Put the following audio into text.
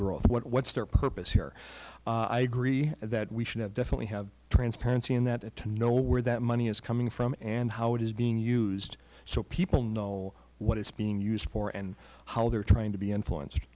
n what's their purpose here i agree that we should have definitely have transparency in that to know where that money is coming from and how it is being used so people know what it's being used for and how they're trying to be influenced